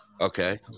Okay